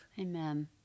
Amen